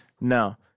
No